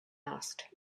asked